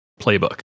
playbook